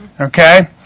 okay